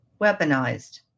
weaponized